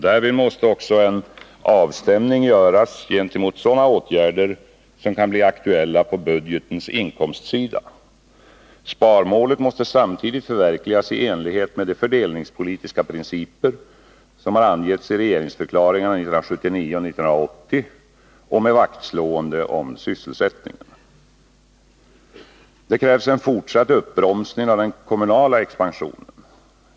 Därvid måste också en avstämning göras gentemot sådana åtgärder som kan bli aktuella på budgetens inkomstsida. Sparmålet måste samtidigt förverkligas i enlighet med de fördelningspolitiska principer som angetts i regeringsförklaringarna 1979 och 1980 och med vaktslående om sysselsättningen. Det krävs en fortsatt uppbromsning av den kommunala expansionen.